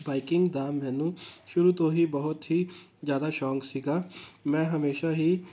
biking ਦਾ ਮੈਨੂੰ ਸ਼ੁਰੂ ਤੋਂ ਹੀ ਬਹੁਤ ਹੀ ਜ਼ਿਆਦਾ ਸ਼ੌਂਕ ਸੀਗਾ ਮੈਂ ਹਮੇਸ਼ਾਂ ਹੀ